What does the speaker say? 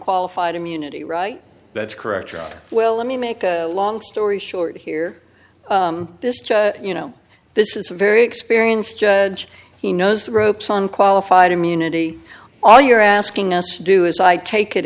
qualified immunity right that's correct oh well let me make a long story short here this is you know this is a very experienced judge he knows the ropes on qualified immunity all you're asking us to do is i take it